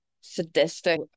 sadistic